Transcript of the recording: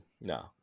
No